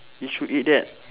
you should eat that